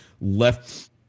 left